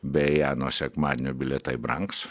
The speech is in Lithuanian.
beje nuo sekmadienio bilietai brangs